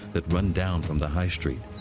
that run down from the high street.